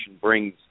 brings